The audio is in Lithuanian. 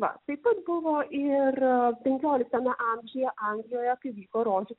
va taip pat buvo ir penkioliktame amžiuje anglijoje kai vyko rožių